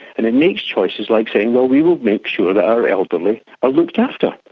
and it makes choices like saying, but we will make sure that our elderly are looked after.